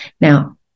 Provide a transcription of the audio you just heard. Now